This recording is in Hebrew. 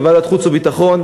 בוועדת חוץ וביטחון,